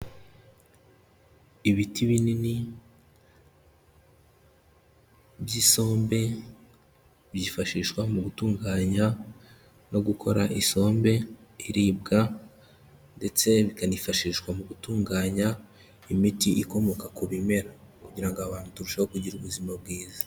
Ibiti binini by'isombe byifashishwa mu gutunganya no gukora isombe iribwa ndetse bikanifashishwa mu gutunganya imiti ikomoka ku bimera kugira ngo abantu turusheho kugira ubuzima bwiza.